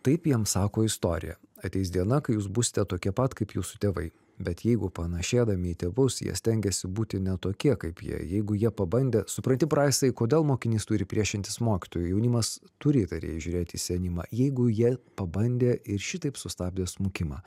taip jiem sako istorija ateis diena kai jūs būsite tokie pat kaip jūsų tėvai bet jeigu panašėdami į tėvus jie stengiasi būti ne tokie kaip jie jeigu jie pabandė supranti praisai kodėl mokinys turi priešintis mokytojui jaunimas turi įtariai žiūrėt į senimą jeigu jie pabandė ir šitaip sustabdė smukimą